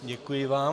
Děkuji vám.